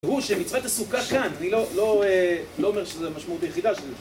הוא שמצוות עסוקה כאן. אני לא אומר שזו המשמעות היחידה של זה.